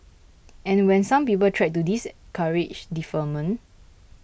and when some people tried to discourage deferment